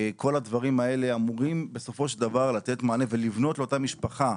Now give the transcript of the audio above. כל הדברים האלה אמורים בסופו של דבר לתת מענה ולבנות לאותה משפחה,